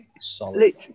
Solid